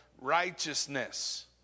righteousness